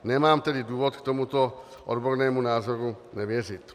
Nemám tedy důvod tomuto odbornému názoru nevěřit.